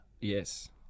Yes